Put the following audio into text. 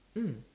mm